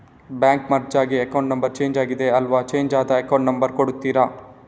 Bank merge ಆಗಿ account number change ಆಗಿದೆ ಅಲ್ವಾ, ಚೇಂಜ್ ಆದ ಅಕೌಂಟ್ ನಂಬರ್ ಕೊಡ್ತೀರಾ?